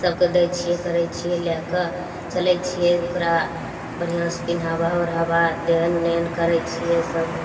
सबके दै छियै करय छियै लए कऽ चलय छियै ओकरा बढ़िआँसँ पिनहाबा ओरहाबा देन नेन करय छियै सब